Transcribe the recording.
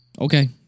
Okay